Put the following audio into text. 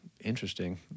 interesting